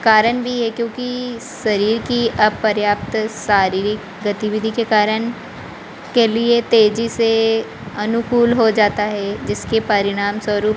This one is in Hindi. कारण भी है क्योंकि शरीर की अपर्याप्त शारीरिक गतिविधि के कारण के लिए तेजी से अनुकूल हो जाता है जिसके परिणामस्वरूप